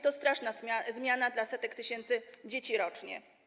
To straszna zmiana dla setek tysięcy dzieci rocznie.